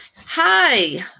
Hi